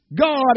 God